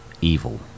evil